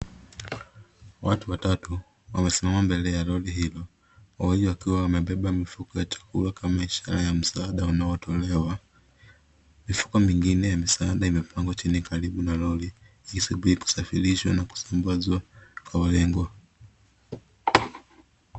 Watu watatu wamesimama mbele ya lori hilo, wawili wakiwa wamebeba mifuko ya chakula kama ishara ya msaada wanaotolewa, mifuko mingine ya misaada imepangwa chini karibu na lori ikisubiri kusafirishwa na kusambazwa kwa walengwa.